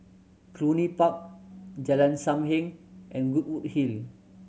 Cluny Park Jalan Sam Heng and Goodwood Hill